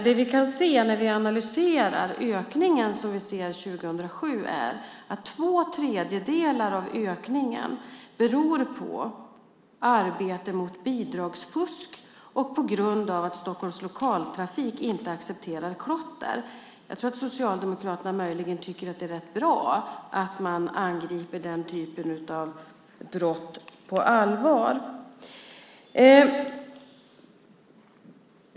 Det vi kan se när vi analyserar ökningen 2007 är att två tredjedelar av ökningen beror på arbete mot bidragsfusk och att Stockholms Lokaltrafik inte accepterar klotter. Jag tror att Socialdemokraterna möjligen tycker att det är rätt bra att man angriper den typen av brott på allvar.